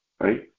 right